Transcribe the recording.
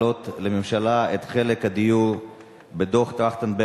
לממשלה את חלק הדיור בדוח-טרכטנברג